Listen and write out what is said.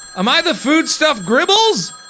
am i the foodstuff, gribble's?